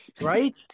right